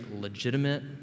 legitimate